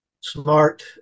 smart